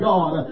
God